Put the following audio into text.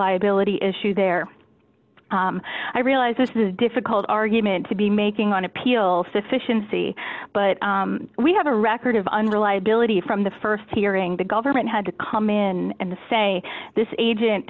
reliability issue there and i realize this is difficult argument to be making on appeal sufficiency but we have a record of unreliability from the st hearing the government had to come in and say this agent